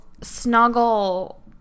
snuggle